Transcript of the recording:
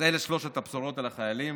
אלה שלושת הבשורות על החיילים